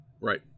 Right